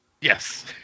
Yes